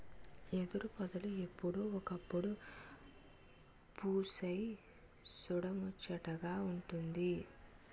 ఎదురుపొదలు ఎప్పుడో ఒకప్పుడు పుస్తె సూడముచ్చటగా వుంటాది